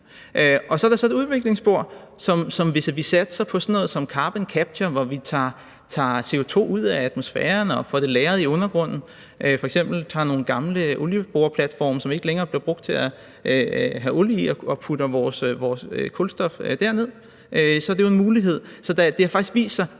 Så er der så et udviklingsspor, hvor vi satser på sådan noget som carbon capture, hvor vi tager CO₂ ud af atmosfæren og får det lagret i undergrunden, f.eks. ved at tage nogle gamle olieboreplatforme, som man ikke længere bruger til at have olie i, og putte vores kulstof derned. Så det er jo en mulighed. Det har faktisk vist sig,